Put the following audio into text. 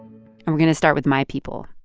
i'm going to start with my people.